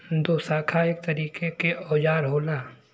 दोशाखा एक तरीके के औजार होला